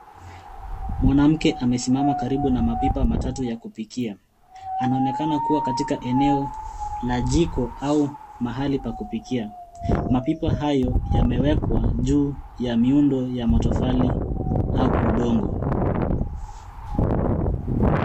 Mwanamke amesimama karibu na mapipa matatu ya kupikia. Anaonekana kuwa katika eneo la jiko au mahali pa kupikia. Mapipa hayo yamewekwa juu ya miundo ya motofali au udongo.